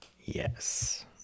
Yes